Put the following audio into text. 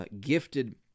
gifted